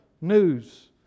news